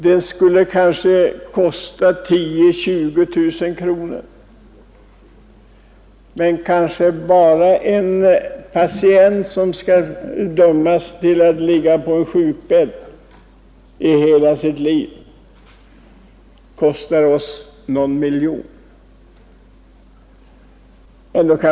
Det skulle kanske kosta 10 000-20 000 kronor. Men en patient som skall dömas till att ligga på sjukbädd hela sitt liv kanske kostar oss någon miljon.